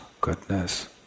goodness